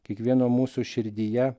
kiekvieno mūsų širdyje